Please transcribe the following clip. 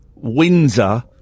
windsor